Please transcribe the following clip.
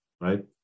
right